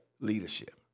Leadership